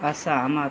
असहमत